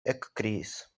ekkriis